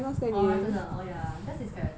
!wah! 真的 oh ya that's his character